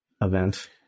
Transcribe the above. event